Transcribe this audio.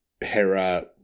Hera